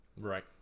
Right